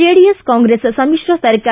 JDS Congress ಸಮಿತ್ರ ಸರ್ಕಾರ